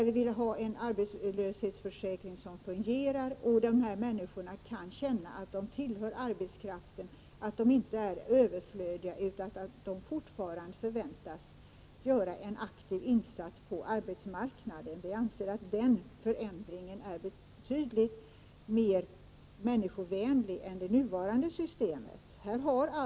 Vi vill införa en arbetslöshetsförsäkring som fungerar så att dessa människor kan känna att de tillhör arbetskraften, att de inte är överflödiga utan att de fortfarande förväntas göra en aktiv insats på arbetsmarknaden. Vi anser att den förändringen är betydligt mer människovänlig än det nuvarande systemet.